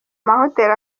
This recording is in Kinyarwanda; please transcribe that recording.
mahoteli